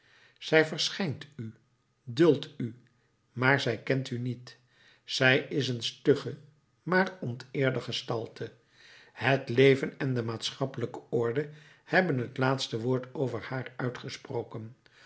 zij verschijnt u duldt u maar zij kent u niet zij is een stugge maar onteerde gestalte het leven en de maatschappelijke orde hebben het laatste woord over haar uitgesproken